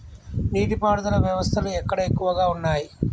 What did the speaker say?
నీటి పారుదల వ్యవస్థలు ఎక్కడ ఎక్కువగా ఉన్నాయి?